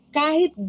kahit